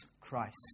Christ